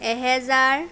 এহেজাৰ